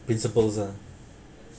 principles lah